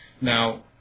Now